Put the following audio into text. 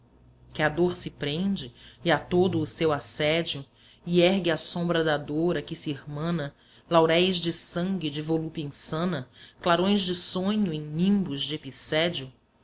que à dor se prende e a todo o seu assédio e ergue à sombra da dor a que se irmana lauréis de sangue de volúpia insana clarões de sonho em nimbos de